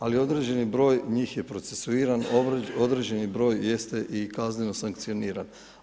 Ali, određeni broj njih je procesuiran, određeni broj jeste i kazneno sankcioniran.